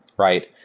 right?